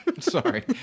Sorry